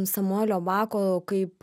samuelio bako kaip